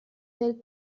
del